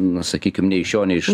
na sakykim nei iš šio nei iš